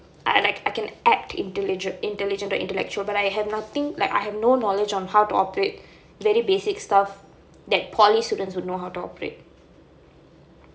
I like I can act indivi~ intelligent or intellectual but I have nothing like I have no knowledge on how to operate very basic stuff that polytechnic students will know how to operate